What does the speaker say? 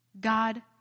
God